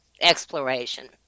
exploration